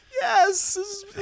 yes